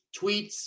tweets